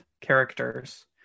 characters